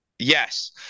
Yes